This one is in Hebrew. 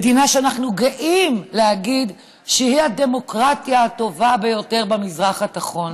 מדינה שאנחנו גאים להגיד שהיא הדמוקרטיה הטובה ביותר במזרח התיכון.